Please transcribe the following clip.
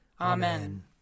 Amen